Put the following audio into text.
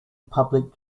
public